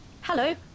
Hello